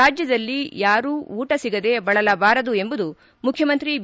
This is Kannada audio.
ರಾಜ್ದದಲ್ಲಿ ಯಾರೂ ಊಟ ಸಿಗದೆ ಬಳಲಬಾರದು ಎಂಬುದು ಮುಖ್ಯಮಂತ್ರಿ ಬಿ